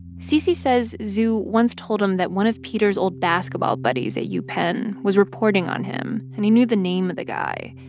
cc says zhu once told him that one of peter's old basketball buddies at yeah upenn was reporting on him, and he knew the name of the guy.